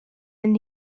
and